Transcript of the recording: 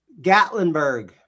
Gatlinburg